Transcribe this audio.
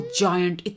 giant